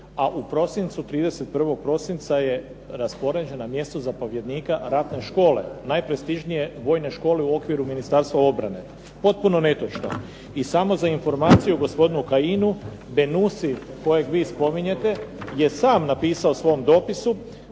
a u prosincu 31. prosinca je raspoređen na mjesto zapovjednika ratne škole, najprestižnije vojne škole u okviru Ministarstva obrane. Potpuno netočno. I samo za informaciju gospodinu Kajinu, Benussi kojeg vi spominjete je sam napisao u svom dopisu